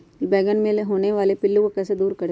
बैंगन मे होने वाले पिल्लू को कैसे दूर करें?